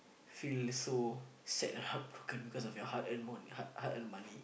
feel so sad and heartbroken because of your hard earned mon~ hard earned money